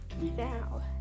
Now